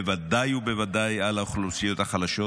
בוודאי ובוודאי על האוכלוסיות החלשות,